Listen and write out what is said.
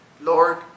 Lord